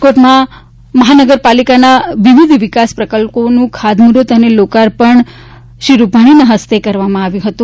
રાજકોટમાં મહાનગરપાલિકાના વિવિધ વિકાસ પ્રકલ્પોનું ખાતમુહૂર્ત અને લોકાર્પણ મુખ્યમંત્રી વિજય રૂપાણીના હસ્તે કરવામાં આવ્યું હતું